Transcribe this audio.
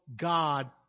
God